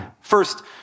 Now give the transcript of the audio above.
First